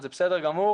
זה בסדר גמור,